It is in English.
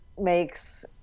makes